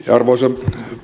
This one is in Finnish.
arvoisa